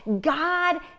God